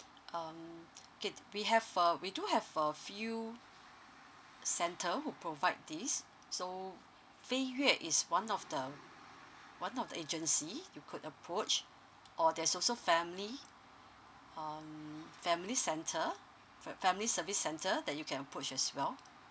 um okay we have uh we do have a few center who provide this so fei yue is one of the one of the agency you could approach or there's also family um family center for family service center that you can approach as well